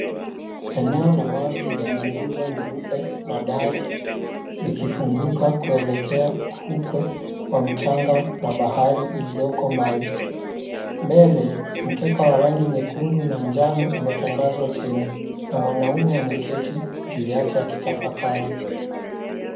Eneo la wazi lenye nguzo nyeupe na dari, likifunguka kuelekea mfukwe wa mchanga wa bahari iliyoko mbali. Mbele mkeka wa rangi nyekundu na njano umetandazwa chini na mwanaume ameketi chini akitafakari.